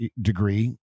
degree